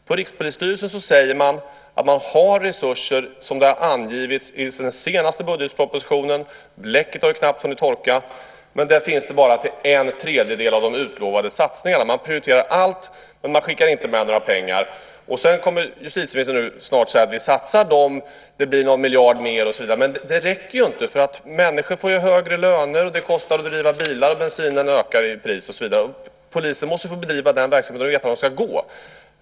På Rikspolisstyrelsen säger man att man har de resurser som har angivits i den senaste budgetpropositionen - bläcket har knappt hunnit torka. Men där finns det bara resurser till en tredjedel av de utlovade satsningarna. Man prioriterar allt, men man skickar inte med några pengar. Justitieministern kommer snart att säga att det blir någon miljard mer och så vidare. Men det räcker inte. Människor får högre löner, och det kostar att driva bilar. Bensinen ökar i pris och så vidare. Polisen måste få bedriva den här verksamheten och veta vart de ska gå.